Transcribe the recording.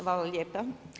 Hvala lijepa.